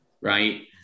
Right